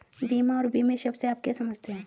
बीमा और बीमित शब्द से आप क्या समझते हैं?